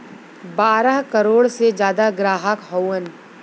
बारह करोड़ से जादा ग्राहक हउवन